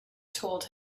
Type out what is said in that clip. told